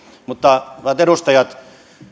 mutta hyvät edustajat